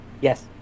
Yes